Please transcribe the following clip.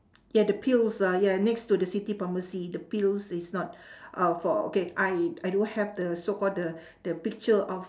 ya the pills ah ya next to the city pharmacy the pills is not uh for okay I I don't have the so called the the picture of